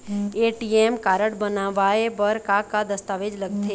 ATM card बनवाए बर का का दस्तावेज लगथे?